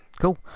Cool